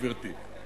גברתי.